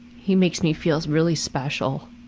he makes me feel really special.